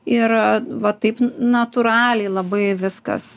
ir va taip natūraliai labai viskas